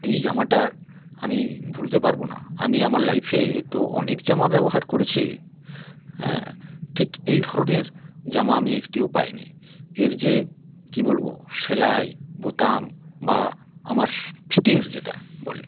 এই জামাটা আমি ভুলতে পারবো না আমি আমার লাইফে তো অনেক জামা ব্যবহার করেছি হ্যাঁ ঠিক এই ধরনের জামা আমি একটিও পাইনি এর যে কী বলবো সেলাই বোতাম বা আমার ফিটিংস যেটা বলে